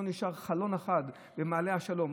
לא נשאר חלון אחד במעלה השלום,